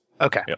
Okay